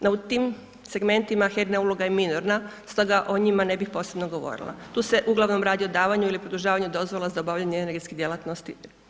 No, u tim segmentima HERA-ina je uloga minorna, sada o njima ne bi posebno govorila, tu se uglavnom radi o davanju ili produžavanju dozvola za obavljanje energetske djelatnosti.